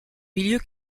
milieu